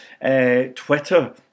Twitter